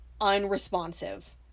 unresponsive